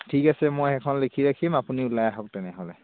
ঠিক আছে মই সেইখন লিখি ৰাখিম আপুনি ওলাই আহক তেনেহ'লে